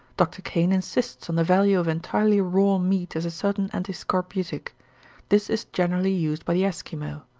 dr. kane insists on the value of entirely raw meat as a certain anti-scorbutic this is generally used by the esquimaux.